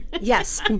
Yes